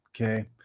Okay